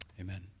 Amen